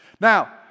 Now